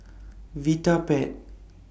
Vitapet